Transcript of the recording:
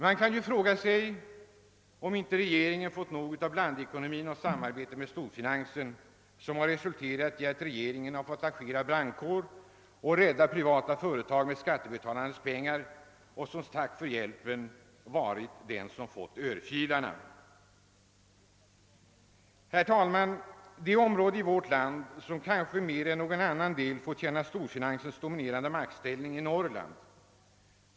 Man kan ju fråga sig om inte regeringen fått nog av blandekonomin och samarbetet med storfinansen, vilket resulterat i att regeringen fått agera brandkår för att rädda privata företag med skattebetalarnas pengar. Som tack för hjälpen har man fått vara den som erhållit örfilarna. Herr talman! Det område i vårt land som kanske mer än någon annan del fått känna storfinansens dominerande maktställning är Norrland.